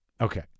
Okay